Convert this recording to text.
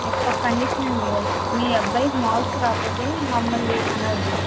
అయితే ఒక కండిషన్ అండి మీ అబ్బాయికి మార్క్స్ రాకపోతే మమ్మల్ని అనద్దు